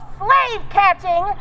slave-catching